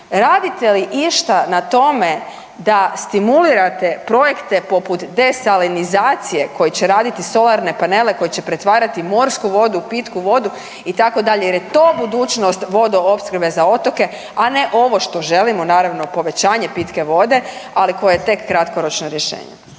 radite li išta na tome da stimulirate projekte poput desalinizacije koji će raditi solarne panele, koji će pretvarati morsku vodu u pitku vodu, itd. jer je to budućnost vodoopskrbe za otoke, a ne ovo što želimo, naravno, povećanje pitke vode, ali koje je tek kratkoročno rješenje.